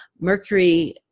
Mercury